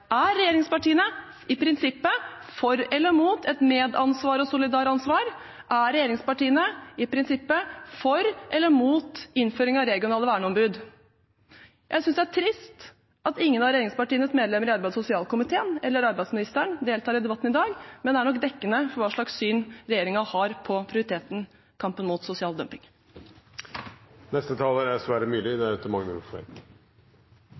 Er regjeringspartiene i prinsippet for eller mot et medansvar og solidaransvar? Er regjeringspartiene i prinsippet for eller mot innføring av regionale verneombud? Jeg synes det er trist at ingen av regjeringspartienes medlemmer i arbeids- og sosialkomiteen eller arbeidsministeren deltar i debatten i dag, men det er nok dekkende for hva slags syn regjeringen har på prioriteten i kampen mot sosial dumping.